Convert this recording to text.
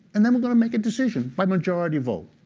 and then we're going to make a decision by majority vote.